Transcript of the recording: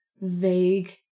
vague